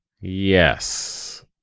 Yes